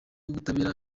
w’ubutabera